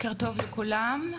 שלום לכולם,